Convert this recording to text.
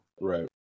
Right